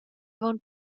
avon